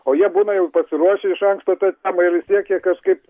o jie būna jau pasiruošę iš anksto tai temai ir siekia kažkaip